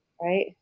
right